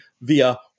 via